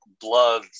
blood